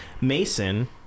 Mason